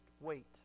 wait